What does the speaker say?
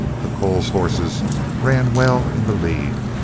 the coles horses ran well in the lead.